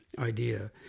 idea